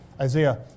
Isaiah